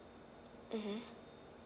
mmhmm